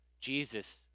Jesus